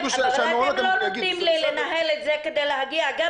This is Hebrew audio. אתם לא נותנים לנהל את זה כדי להגיע גם